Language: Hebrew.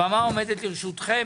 הבמה עומדת לרשותכם.